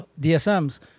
DSMs